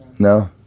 No